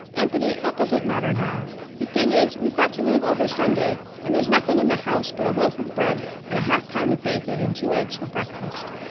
anthony, that doesn't matter now the thing is we've got to live over sunday and there's nothing in the house but a loaf of bread and a half-pound of bacon and two eggs for breakfast.